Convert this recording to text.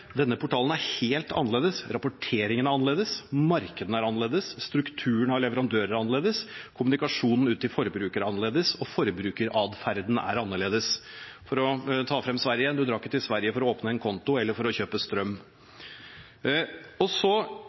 Denne portalen er helt annerledes. Rapporteringen er annerledes, markedene er annerledes, strukturen av leverandører er annerledes, kommunikasjonen ut til forbrukerne er annerledes, og forbrukeratferden er annerledes. For å ta frem Sverige igjen: Man drar ikke til Sverige for å åpne en konto eller for å kjøpe strøm. Så